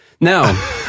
Now